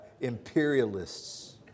imperialists